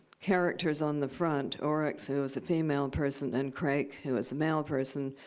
characters on the front, oryx, who is a female person, and crake, who is a male person,